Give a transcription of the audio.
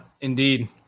indeed